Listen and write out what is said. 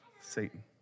Satan